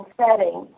setting